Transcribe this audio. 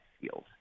field